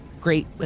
great